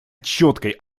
четкой